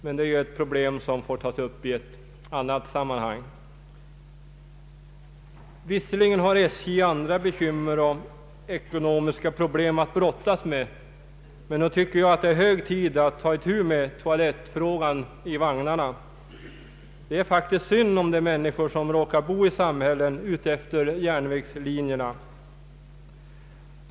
Men detta är ett problem som får tas upp i annat sammanhang. Visserligen har SJ andra bekymmer och ekonomiska problem att brottas med, men nog tycker jag att det är hög tid att ta uti med toalettfrågan i vagnarna. Det är faktiskt synd om de människor som råkar bo i samhällen utmed järnvägslinjerna.